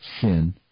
sin